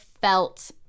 felt